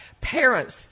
parents